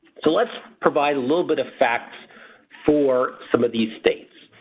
so let's provide a little bit of facts for some of these states.